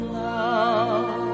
love